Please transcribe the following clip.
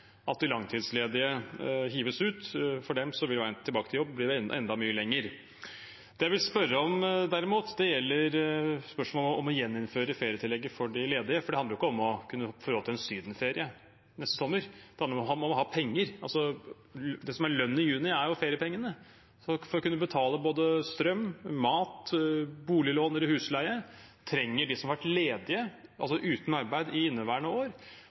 at de langtidsledige hives ut. For dem vil veien tilbake til jobb bli enda mye lengre. Det jeg vil spørre om, derimot, gjelder spørsmålet om å gjeninnføre ferietillegget for de ledige, for det handler jo ikke om å kunne få råd til en sydenferie neste sommer, det handler om at man må ha penger – det som er lønnen i juni, er jo feriepengene. For å kunne betale både strøm, mat og boliglån eller husleie trenger de som har vært ledige, altså uten arbeid, i inneværende år,